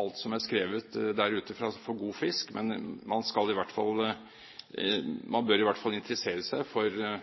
alt som er skrevet der ute, for god fisk, men man bør i hvert fall interessere seg for det når